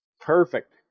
Perfect